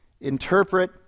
interpret